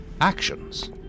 Actions